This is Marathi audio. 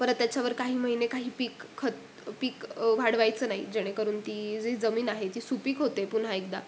परत त्याच्यावर काही महिने काही पीक खत पीक वाढवायचं नाही जेणेकरून ती जी जमीन आहे ती सुपीक होते पुन्हा एकदा